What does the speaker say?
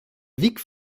vic